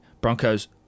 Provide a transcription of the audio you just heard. Broncos